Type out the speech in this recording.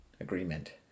agreement